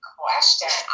question